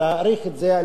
ולא רק לשלוש שנים,